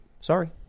Sorry